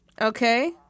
Okay